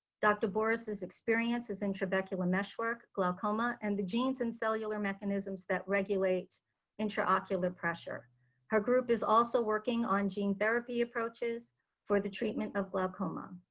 dr. borras experience is in trabecular meshwork, glaucoma and the genes and cellular mechanisms that regulate intraocular pressure her group is also working on gene therapy approaches for the treatment of glaucoma.